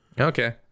Okay